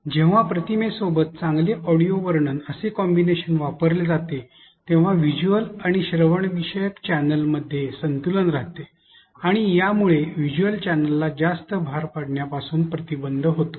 जेव्हा प्रतिमे सोबत चांगले ऑडिओ वर्णन असे एकीकरण वापरले जाते तेव्हा व्हिज्युअल आणि श्रवणविषयक चॅनेलमध्ये संतुलन राहते आणि यामुळे व्हिज्युअल चॅनेलला जास्त भार पडण्यापासून प्रतिबंधित होतो